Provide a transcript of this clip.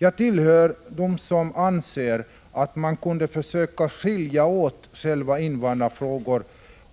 Jag tillhör dem som anser att man kunde försöka skilja själva invandrarfrågorna